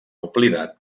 oblidat